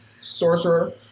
sorcerer